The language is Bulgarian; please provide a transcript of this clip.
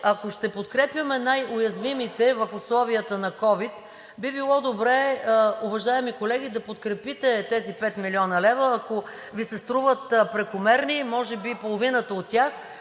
Ако ще подкрепяме най-уязвимите в условията на ковид, би било добре, уважаеми колеги, да подкрепите тези 5 млн. лв. Ако Ви се струват прекомерни, може би половината от тях,